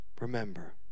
Remember